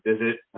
visit